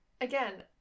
Again